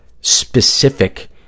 specific